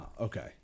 Okay